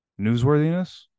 newsworthiness